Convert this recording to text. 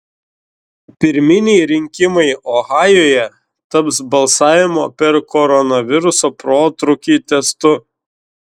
pirminiai rinkimai ohajuje taps balsavimo per koronaviruso protrūkį testu